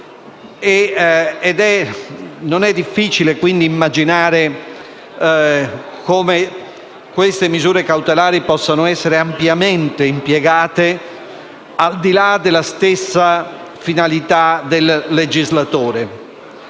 Non è difficile immaginare come queste misure cautelari possano essere ampiamente impiegate al di là della stessa finalità del legislatore.